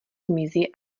zmizí